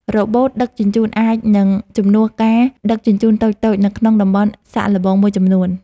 រ៉ូបូតដឹកជញ្ជូន អាចនឹងជំនួសការដឹកជញ្ជូនតូចៗនៅក្នុងតំបន់សាកល្បងមួយចំនួន។